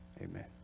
Amen